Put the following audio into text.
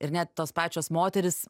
ir net tos pačios moterys